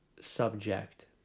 subject